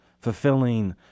fulfilling